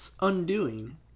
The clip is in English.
undoing